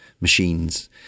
machines